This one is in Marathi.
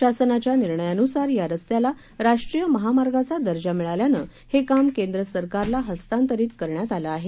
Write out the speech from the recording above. शासनाच्या निर्णयानुसार या रस्त्याला राष्ट्रीय महामार्गाचा दर्जा मिळाल्यानं हे काम केंद्र सरकारला हस्तांतरित करण्यात आलं आहे